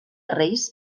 reis